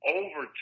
over